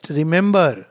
remember